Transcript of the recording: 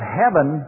heaven